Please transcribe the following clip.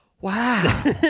Wow